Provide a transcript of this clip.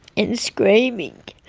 and screaming.